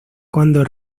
cuando